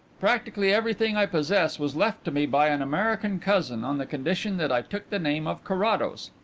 practically everything i possess was left to me by an american cousin, on the condition that i took the name of carrados.